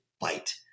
fight